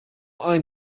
ein